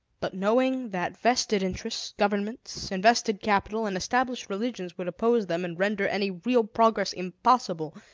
but, knowing that vested interests, governments, invested capital, and established religions would oppose them and render any real progress impossible,